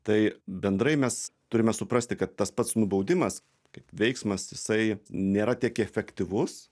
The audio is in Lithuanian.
tai bendrai mes turime suprasti kad tas pats nubaudimas kaip veiksmas jisai nėra tiek efektyvus